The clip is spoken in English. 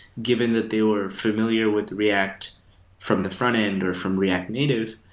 given that they were familiar with react from the front-end or from react native,